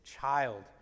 child